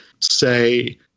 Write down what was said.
say